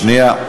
שנייה.